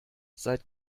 seit